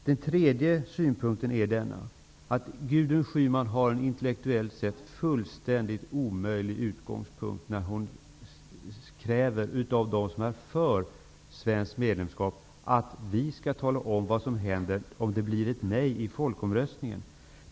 Den tredje synpunkten är denna: Gudrun Schyman har en intellektuellt sett fullständigt omöjlig utgångspunkt när hon kräver av dem som är för svenskt medlemskap att de skall tala om vad som händer om det blir ett nej i folkomröstningen.